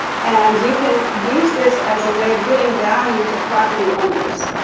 and you can use this as a way of giving value to property owners,